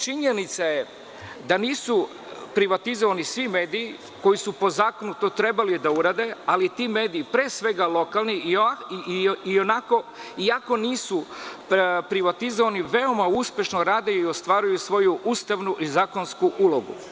Činjenica je da nisu privatizovani svi mediji koji su po zakonu to trebali da urade, ali ti mediji, pre svega lokalni i iako nisu privatizovani veoma uspešno rade i ostvaruju svoju ustavnu i zakonsku ulogu.